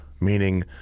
meaning